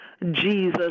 Jesus